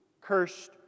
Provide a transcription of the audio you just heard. Cursed